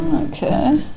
Okay